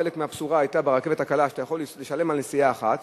חלק מהבשורה היתה שברכבת הקלה אתה יכול לשלם על נסיעה אחת,